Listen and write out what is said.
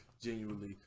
genuinely